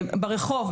ברחוב,